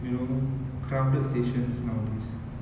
you know crowded stations nowadays